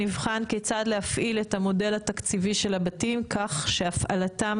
נבחן כיצד להפעיל את המודל התקציבי של הבתים כך שהפעלתם